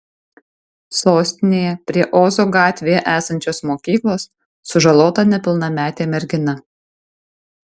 sostinėje prie ozo gatvėje esančios mokyklos sužalota nepilnametė mergina